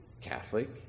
Catholic